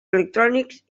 electrònics